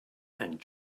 and